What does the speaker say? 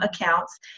accounts